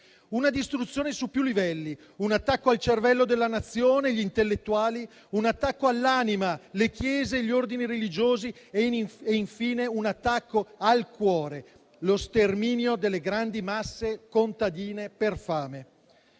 una distruzione su più livelli: un attacco al cervello della Nazione (gli intellettuali), un attacco all'anima (le chiese e gli ordini religiosi), e infine un attacco al cuore (lo sterminio delle grandi masse contadine per fame).